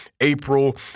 April